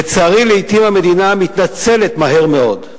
לצערי, לעתים המדינה מתנצלת מהר מאוד,